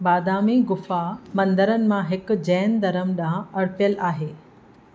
बादामी गुफ़ा मंदरनि मां हिकु जैन धर्म ॾांहुं अर्पियलु आहे